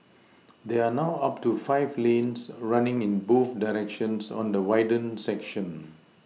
there are now up to five lanes running in both directions on the widened section